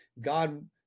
God